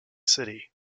city